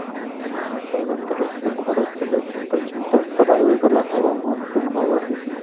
हिन्दमहासागर तरफ से भारत के दक्षिण पश्चिम तट पर आवे वाला हवा मानसून होबा हइ